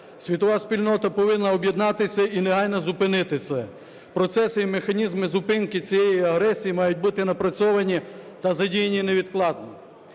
Світова спільнота повинна об'єднатися і негайно зупинити це. Процеси і механізми зупинки цієї агресії мають бути напрацьовані та задіяні невідкладно.